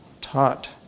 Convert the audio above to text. Taught